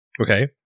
Okay